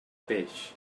peix